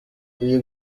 uyu